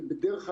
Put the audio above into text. ובדרך כלל,